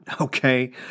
okay